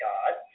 God